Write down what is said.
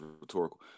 rhetorical